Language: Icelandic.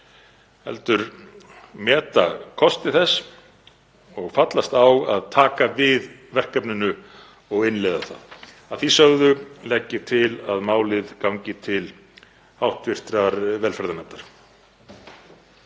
heldur meta kosti þess og fallast á að taka við verkefninu og innleiða það. Að því sögðu legg ég til að málið gangi til hv. velferðarnefndar.